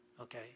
okay